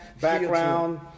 background